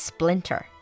Splinter